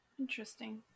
Interesting